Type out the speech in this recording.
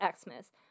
Xmas